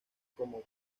como